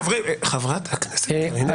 חברת הכנסת קארין אלהרר.